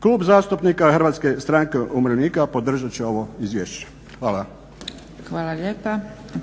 Klub zastupnika Hrvatske stranke umirovljenika podržat će ovo izvješće. Hvala. **Zgrebec, Dragica (SDP)** Hvala lijepa.